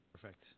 Perfect